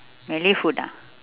malay food ah